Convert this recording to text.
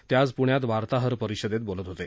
ते आज पुण्यात वार्ताहर परिषदेत बोलत होते